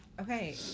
okay